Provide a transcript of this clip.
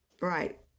Right